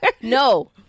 No